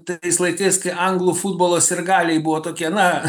tais laikais kai anglų futbolo sirgaliai buvo tokie na